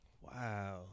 Wow